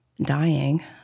dying